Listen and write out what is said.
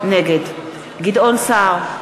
נגד גדעון סער,